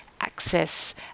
access